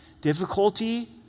Difficulty